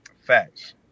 Facts